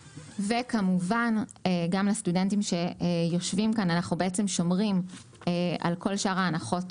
כמובן גם לסטודנטים שיושבים כאן אנחנו בעצם שומרים על כל שאר ההנחות,